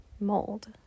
mold